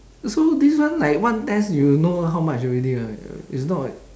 so this one like one test you know how much already right it's not like